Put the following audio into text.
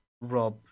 Rob